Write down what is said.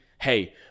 hey